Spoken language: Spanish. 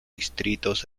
distritos